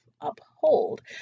uphold